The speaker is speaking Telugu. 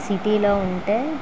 సిటీలో ఉంటే